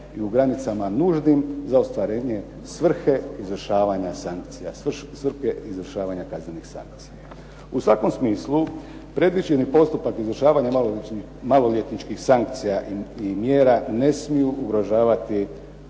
U svakom smislu predviđeni postupak izvršavanja maloljetničkih sankcija i mjera ne smiju ugrožavati njihovo